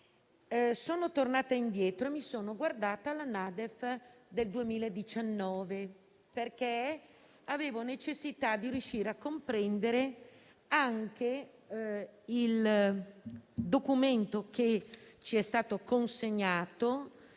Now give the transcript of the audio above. Sono tornata indietro e mi sono guardata la NADEF del 2019, perché avevo necessità di riuscire a comprendere anche il documento che ci è stato consegnato